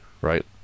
right